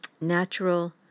natural